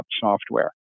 software